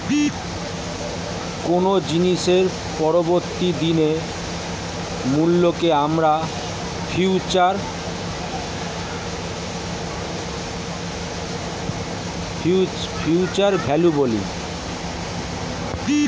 কোনো জিনিসের পরবর্তী দিনের মূল্যকে আমরা ফিউচার ভ্যালু বলি